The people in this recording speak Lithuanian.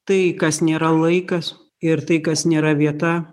tai kas nėra laikas ir tai kas nėra vieta